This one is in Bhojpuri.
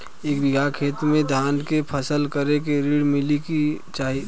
एक बिघा खेत मे धान के फसल करे के ऋण मिली की नाही?